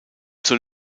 zur